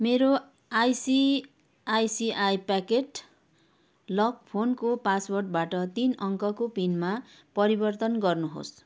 मेरो ICICI pocket lock फोनको पासवर्डबाट तिन अङ्कको पिनमा परिवर्तन गर्नुहोस्